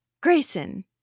Grayson